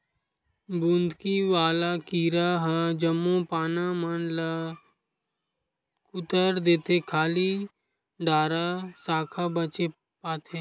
बुंदकी वाला कीरा ह जम्मो पाना मन ल कुतर देथे खाली डारा साखा बचे पाथे